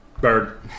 Bird